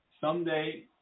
Someday